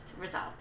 result